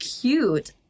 cute